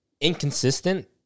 inconsistent